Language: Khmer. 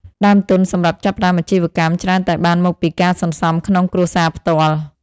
ដើមទុនសម្រាប់ចាប់ផ្តើមអាជីវកម្មច្រើនតែបានមកពីការសន្សំក្នុងគ្រួសារផ្ទាល់។